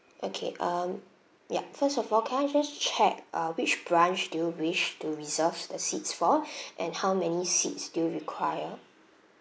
okay um yup first of all can I just check uh which branch do you wish to reserve the seats for and how many seats do you require